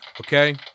Okay